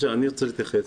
אני רוצה להתייחס.